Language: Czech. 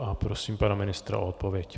A prosím pana ministra o odpověď.